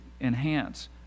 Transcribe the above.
enhance